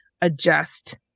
adjust